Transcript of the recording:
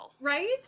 right